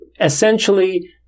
essentially